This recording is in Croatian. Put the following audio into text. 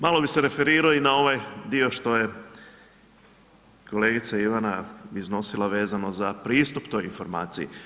Malo bi se referirao i na ovaj dio što je kolegica Ivana iznosila vezano za pristup toj informaciji.